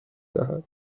دهد